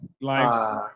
Lives